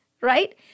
right